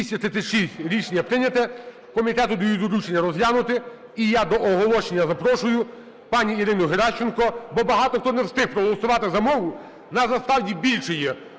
Рішення прийнято. Комітету даю доручення розглянути. І я до оголошення запрошую пані Ірину Геращенко, бо багато хто не встиг проголосувати за мову. В нас насправді більше